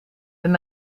wenn